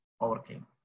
overcame